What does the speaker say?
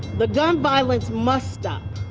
the gun violence must stop